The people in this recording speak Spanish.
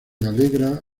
alegra